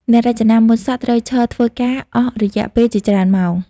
អ្នករចនាម៉ូដសក់ត្រូវឈរធ្វើការអស់រយៈពេលជាច្រើនម៉ោង។